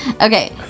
Okay